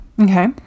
okay